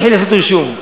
תתחיל לעשות רישום.